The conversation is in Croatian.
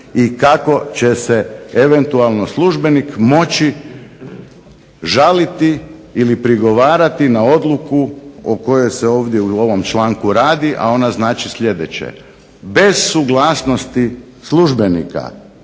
i kako će se eventualno službenik moći žaliti ili prigovarati na odluku o kojoj se ovdje u ovom članku radi, a ona znači sljedeće, bez suglasnosti službenika